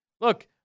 look